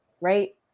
right